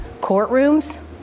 courtrooms